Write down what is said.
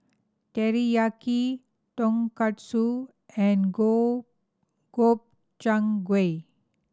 Teriyaki Tonkatsu and Go Gobchang Gui